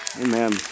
Amen